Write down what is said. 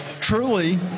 truly